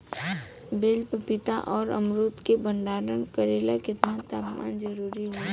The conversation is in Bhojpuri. बेल पपीता और अमरुद के भंडारण करेला केतना तापमान जरुरी होला?